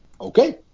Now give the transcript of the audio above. Okay